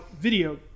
video